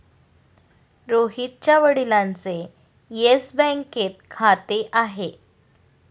रोहितच्या वडिलांचे येस बँकेत खाते आहे